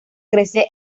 crece